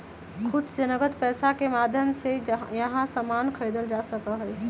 खुद से नकद पैसा के माध्यम से यहां सामान खरीदल जा सका हई